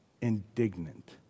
Indignant